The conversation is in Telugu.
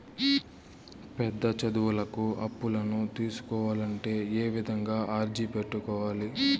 పెద్ద చదువులకు అప్పులను తీసుకోవాలంటే ఏ విధంగా అర్జీ పెట్టుకోవాలి?